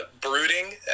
brooding